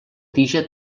tija